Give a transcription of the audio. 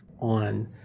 on